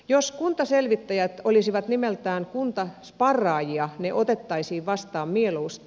jos kuntaselvittäjät olisivat nimeltään kuntasparraajia ne otettaisiin vastaan mieluusti